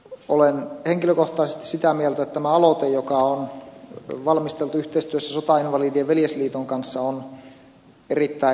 olen henkilökohtaisesti sitä mieltä että tämä aloite joka on valmisteltu yhteistyössä sotainvalidien veljesliiton kanssa on erittäin kannatettava